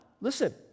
Listen